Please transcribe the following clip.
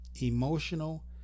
emotional